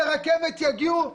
יגיעו שמחים,